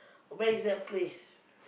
where is that place